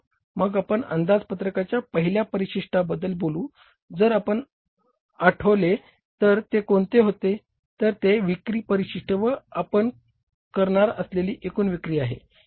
मग आपण अंदाजपत्रकाच्या पहिल्या परिशिष्टाबद्दल बोलू जर आपण आठवले तर ते कोणते होते तर ते विक्री परिशिष्ट व आपण करणार असेलेली एकूण विक्री आहे